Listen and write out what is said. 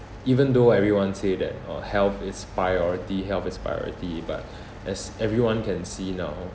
even though everyone say that uh health is priority health is priority but as everyone can see now